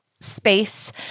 space